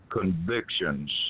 convictions